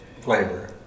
flavor